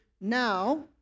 now